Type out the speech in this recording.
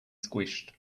squished